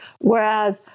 whereas